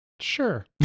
sure